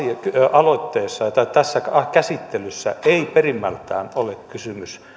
aloitteessa tai tässä käsittelyssä ei perimmältään ole kysymys